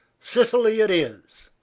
sicily it is.